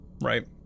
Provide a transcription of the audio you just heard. right